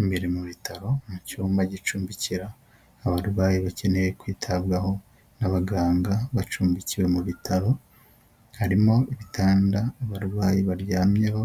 Imbere mu bitaro mu cyumba gicumbikira abarwayi bakeneye kwitabwaho n'abaganga bacumbikiwe mu bitaro, harimo ibitanda abarwayi baryamyeho